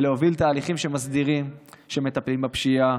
ולהוביל תהליכים שמסדירים, שמטפלים בפשיעה,